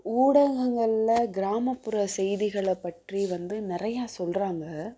ஊடகங்களில் கிராமப்புற செய்திகளை பற்றி வந்து நிறையா சொல்கிறாங்க